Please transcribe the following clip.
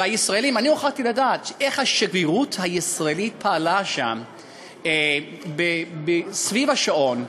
ונוכחתי לדעת איך השגרירות הישראלית פעלה שם סביב השעון.